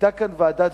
היתה כאן ועדת-וינוגרד,